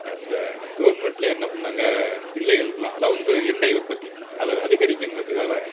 அந்த கவுர்மெண்ட்டிலே என்ன பண்ணிணாங்க பிள்ளைகளுக்கெலாம் அதாவது வந்து எண்ணெய் உற்பத்தி அதை அதிகரிக்கணுங்கிறதுக்காக